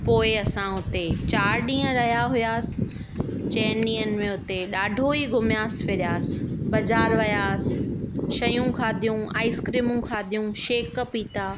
पोएं असां हुते चारि ॾींहं रहिया हुआसीं चइनि ॾींहंनि में हुते ॾाढो ई घुमियासीं फिरियासीं बाज़ारु वियासीं शयूं खाधियूं आइस्क्रीमूं खाधियूं शेक पीता